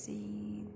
See